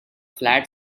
flat